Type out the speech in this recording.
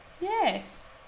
Yes